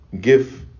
give